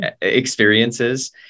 experiences